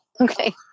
Okay